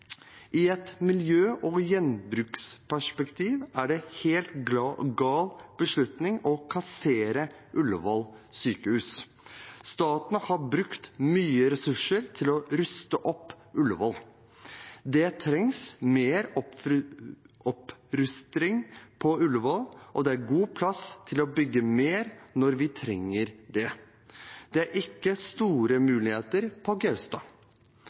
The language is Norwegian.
I et miljø- og gjenbruksperspektiv er det en helt gal beslutning å kassere Ullevål sykehus. Staten har brukt mye ressurser til å ruste opp Ullevål. Det trengs mer opprustning på Ullevål, og det er god plass til å bygge mer når vi trenger det. Det er ikke store muligheter på Gaustad.